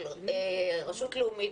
על רשות לאומית,